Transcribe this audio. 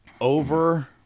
over